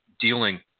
dealing